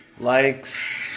likes